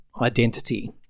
identity